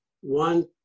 one